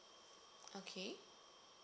okay